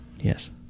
Yes